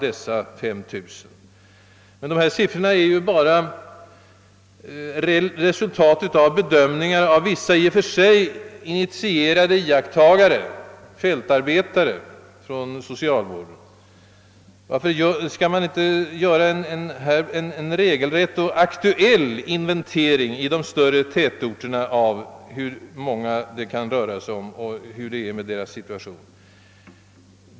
Dessa siffror utgör emellertid bara resultatet av den bedömning som vissa i och för sig initierade iakttagare, fältarbetare från socialvården, har kommit fram till. Varför gör man inte här en regelrätt och aktuell inventering i de större tätorterna av hur många det kan röra sig om och om hurdan deras situation är?